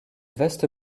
vaste